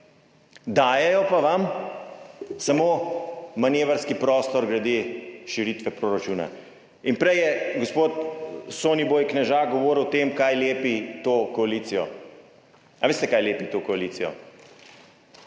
dajejo pa vam samo manevrski prostor glede širitve proračuna. In prej je gospod Soniboj Knežak govoril o tem, kaj lepi to koalicijo. A veste, kaj lepi to koalicijo?